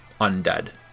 undead